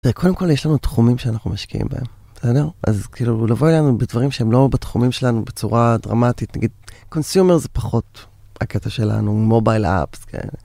קודם כל יש לנו תחומים שאנחנו משקיעים בהם, אתה יודע, אז כאילו לבוא אלינו בדברים שהם לא בתחומים שלנו בצורה דרמטית, נגיד קונסימר זה פחות הקטע שלנו, מובייל אפס כאלה.